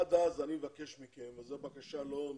עד אז אני מבקש מכם, וזו בקשה לא מסובכת,